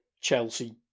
Chelsea